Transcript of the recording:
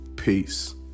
Peace